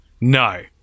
no